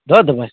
दऽ देबै